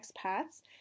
expats